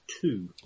two